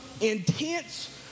intense